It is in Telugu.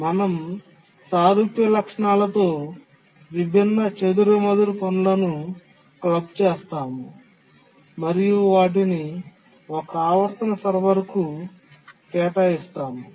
మేము సారూప్య లక్షణాలతో విభిన్న చెదురుమదురు పనులను క్లబ్బు చేసాము మరియు వాటిని ఒక ఆవర్తన సర్వర్కు కేటాయించాము